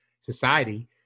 society